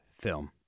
film